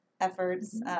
efforts